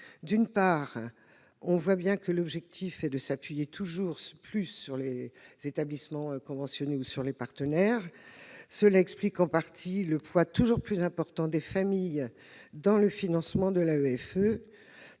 D'une part, l'objectif poursuivi est de s'appuyer toujours davantage sur les établissements conventionnés et partenaires, ce qui explique en partie le poids toujours plus important des familles dans le financement de l'AEFE.